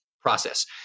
process